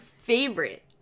favorite